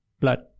blood